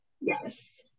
yes